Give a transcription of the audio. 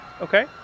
Okay